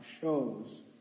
shows